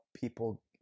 people